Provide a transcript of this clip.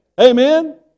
Amen